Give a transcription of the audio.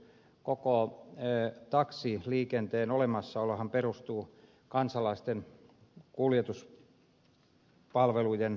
koko taksiliikenteen olemassaolohan perustuu kansalaisten kuljetuspalveluiden tarpeeseen